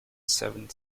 seventh